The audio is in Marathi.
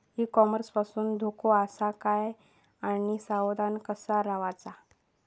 ई कॉमर्स पासून धोको आसा काय आणि सावध कसा रवाचा?